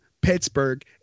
Pittsburgh